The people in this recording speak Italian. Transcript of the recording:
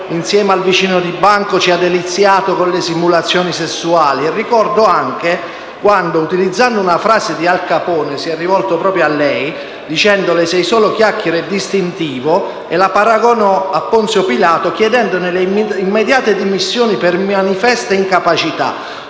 insieme al vicino di banco, ci ha deliziato con le simulazioni sessuali. Ricordo anche quando, utilizzando una frase di Al Capone, riferendosi proprio a lei ha commentato: «È solo chiacchiere e distintivo», paragonandola a Ponzio Pilato e chiedendo le sue immediate dimissioni per manifesta incapacità.